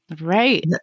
Right